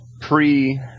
pre